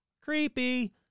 Creepy